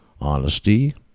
honesty